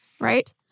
right